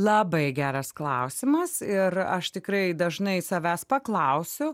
labai geras klausimas ir aš tikrai dažnai savęs paklausiu